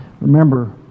remember